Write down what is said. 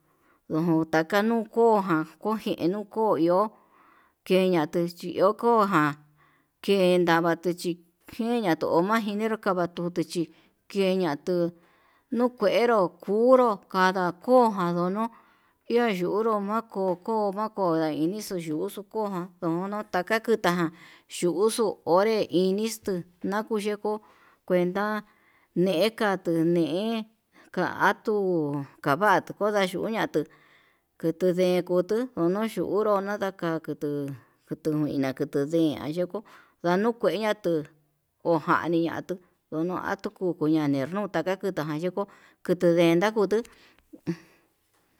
Ndujun kata nukoján kuu njeno'o ko iho keña chi kojan ken ndavati chí keña kuu majiñenro, kavatunde chí keña'a tuu nukuenró kunro kanda koján nduno'o iha yunru ma'a kuu ko'o mako ndaiñixo yuxoo koján kuan kutakaku nadján yuxu onré, inixtu nakuyuku kuenta ndeka nduu ni'í ndatuu kavatu kodayuña tuu kutu ndee kutu unu yunru nada'a, ka'a tukuu kutu ndina kutuu ndia nayukuu ndañukueña tuu ojaniña tuu, ndunuu atuu kuñani hernuta ndakutuján kutuu ndeján kutuu.